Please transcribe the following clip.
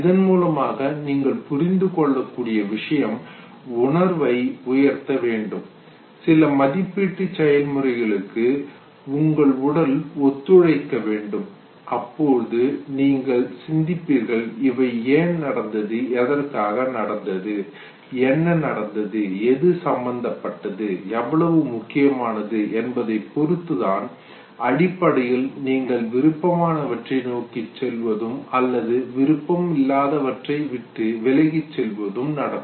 இதன் மூலமாக நீங்கள் புரிந்துகொள்ள கூடிய விஷயம் உணர்வை உயர்த்த வேண்டும் சில மதிப்பீட்டு செயல் முறைகளுக்கு உங்கள் உடல் ஒத்துழைக்க வேண்டும் அப்பொழுது நீங்கள் சிந்திப்பீர்கள் இவை ஏன் நடந்தது எதற்காக நடந்தது என்ன நடந்தது எது சம்பந்தப்பட்டது எவ்வளவு முக்கியமானது என்பதைப் பொறுத்துதான் அடிப்படையில் நீங்கள் விருப்பமானவற்றை நோக்கிச் செல்வதும் அல்லது விருப்பம் இல்லாதவற்றை விட்டு விலகிச் செல்வதும் நடக்கும்